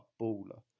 baller